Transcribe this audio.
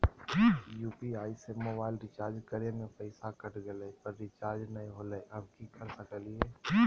UPI से mobile recharge करे में पैसा कट गेलई, पर रिचार्ज नई होलई, अब की कर सकली हई?